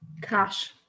Cash